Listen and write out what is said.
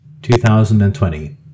2020